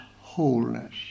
wholeness